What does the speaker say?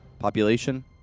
Population